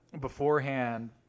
beforehand